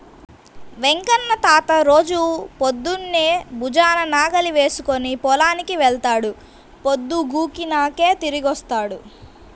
వెంకన్న తాత రోజూ పొద్దన్నే భుజాన నాగలి వేసుకుని పొలానికి వెళ్తాడు, పొద్దుగూకినాకే తిరిగొత్తాడు